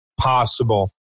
possible